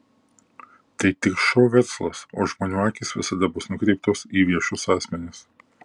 tai tik šou verslas o žmonių akys visada bus nukreiptos į viešus asmenis